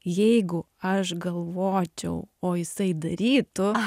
jeigu aš galvočiau o jisai darytų